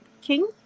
King